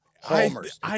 homers